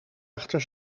achter